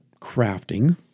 crafting